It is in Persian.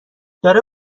داره